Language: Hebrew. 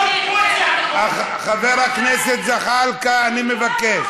חבר הכנסת זחאלקה, אני מבקש.